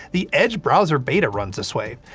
the edge browser beta runs this way!